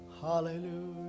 Hallelujah